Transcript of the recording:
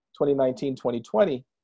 2019-2020